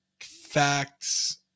facts